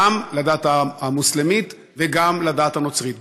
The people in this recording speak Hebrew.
גם לדת המוסלמית וגם לדת הנוצרית.